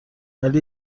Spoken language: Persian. ولی